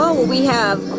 we have